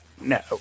no